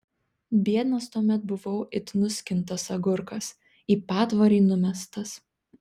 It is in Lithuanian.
biednas tuomet buvau it nuskintas agurkas į patvorį numestas